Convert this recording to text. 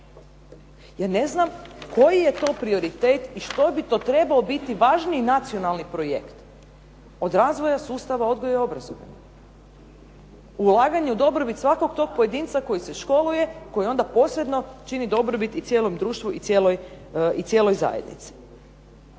Ja ne znam koji je to prioritet i što bi to trebao biti važniji nacionalni projekt od razvoja sustava odgoja i obrazovanja, ulaganje u dobrobit svakog tog pojedinca koji se školuje, koji onda posredno čini dobrobit i cijelom društvu i cijeloj zajednici.